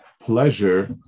pleasure